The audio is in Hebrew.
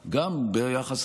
בראייתך,